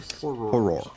Horror